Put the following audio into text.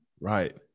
Right